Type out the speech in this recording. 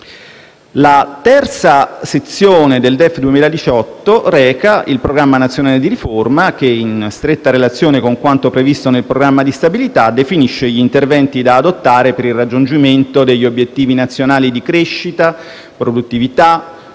La terza Sezione del DEF 2018 reca il Programma nazionale di riforma (PNR) che, in stretta relazione con quanto previsto nel programma di stabilità, definisce gli interventi da adottare per il raggiungimento degli obiettivi nazionali di crescita, produttività,